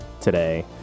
today